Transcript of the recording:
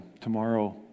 tomorrow